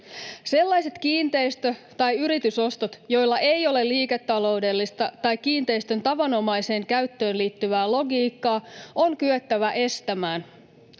Sellaiset kiinteistö- tai yritysostot, joilla ei ole liiketaloudellista tai kiinteistön tavanomaiseen käyttöön liittyvää logiikkaa, on kyettävä estämään.